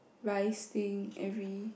rice thing every